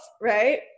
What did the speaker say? right